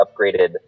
upgraded